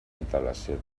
antelació